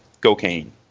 cocaine